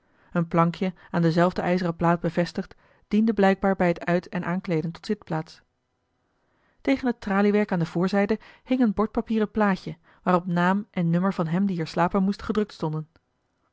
een plankje aan dezelfde ijzeren plaat bevestigd diende blijkbaar bij het uit en aankleeden tot zitplaats tegen het traliewerk aan de voorzijde hing een bordpapieren plaatje waarop naam en nummer van hem die er slapen moest gedrukt stonden